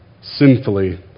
sinfully